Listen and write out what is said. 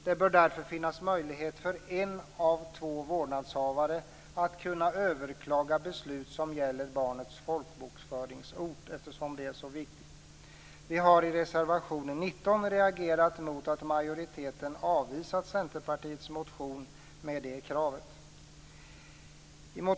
Det bör därför finnas möjlighet för en av två vårdnadshavare att överklaga beslut som gäller barnets folkbokföringsort, eftersom det är så viktigt. Vi har i reservation 19 reagerat mot att majoriteten avvisat Centerpartiets motion med det kravet.